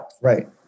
right